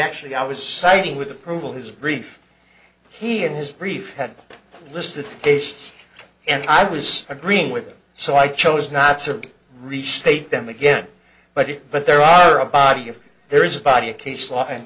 actually i was siting with approval his brief he and his brief had listed tastes and i was agreeing with them so i chose not to restate them again but it but there are a body of there is a body of case law and